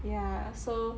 ya so